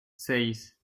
seis